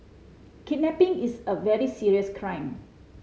kidnapping is a very serious crime